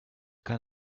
kind